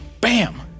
Bam